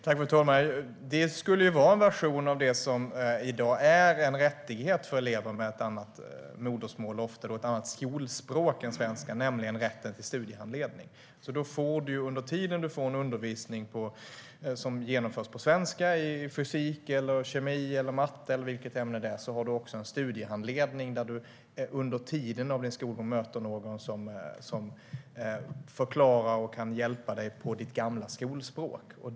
Fru talman! Det skulle vara en version av det som i dag är en rättighet för elever med ett annat modersmål, ofta ett annat skolspråk än svenska, nämligen rätten till studiehandledning. Under tiden du får undervisning på svenska i fysik, kemi eller matte får du också studiehandledning där du under skolgången möter någon som förklarar och kan hjälpa dig på ditt gamla skolspråk.